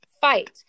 fight